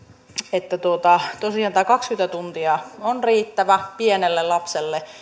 että tosiaan tämä kaksikymmentä tuntia on riittävä pienelle lapselle